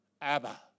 Abba